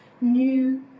new